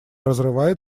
разрывает